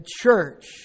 church